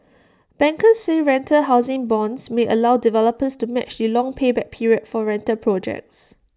bankers say rental housing bonds may allow developers to match the long payback period for rental projects